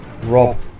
Rob